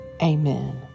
amen